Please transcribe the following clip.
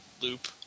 loop